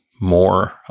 more